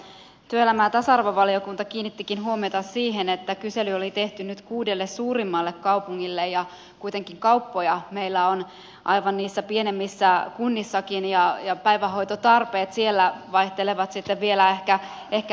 työelämä ja tasa arvovaliokunta kiinnittikin huomiota siihen että kysely oli tehty nyt kuudelle suurimmalle kaupungille ja kuitenkin kauppoja meillä on niissä pienemmissäkin kunnissa ja päivähoitotarpeet siellä vaihtelevat sitten ehkä vielä entisestään